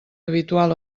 habitual